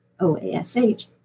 OASH